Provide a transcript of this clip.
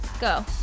Go